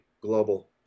global